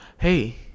Hey